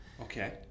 Okay